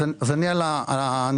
אעשה כמיטב יכולתי.